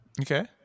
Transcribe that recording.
Okay